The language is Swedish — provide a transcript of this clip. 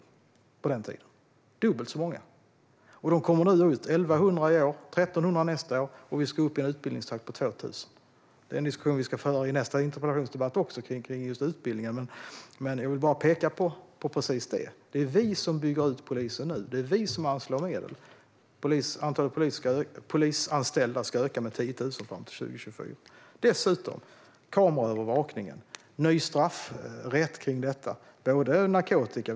I år är det 1 100 som kommer ut, och nästa år är det 1 300. Vi ska upp i en utbildningstakt på 2 000 per år. Utbildningen ska vi ha en diskussion om i nästa interpellationsdebatt. Men jag vill bara peka på detta. Det är vi som bygger ut polisen nu. Det är vi som anslår medel. Antalet polisanställda ska öka med 10 000 fram till 2024. Dessutom blir det en ny straffrätt kring kameraövervakning.